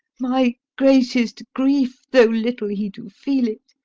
my greatest grief, though little he do feel it,